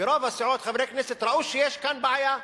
ברוב הסיעות חברי כנסת ראו שיש כאן בעיה,